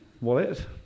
wallet